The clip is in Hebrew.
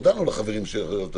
הודענו לחברים שיכול להיות שנצביע.